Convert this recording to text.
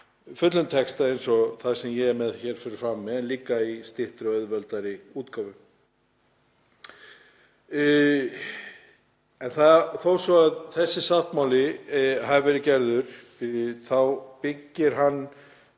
fullum texta, eins og það sem ég er með hér fyrir framan mig, en líka í styttri og auðveldari útgáfu. Þó svo að þessi sáttmáli hafi verið gerður þá byggir hann